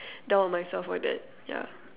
down on myself for that ya